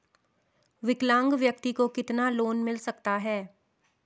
विकलांग व्यक्ति को कितना लोंन मिल सकता है?